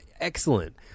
excellent